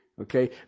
Okay